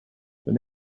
their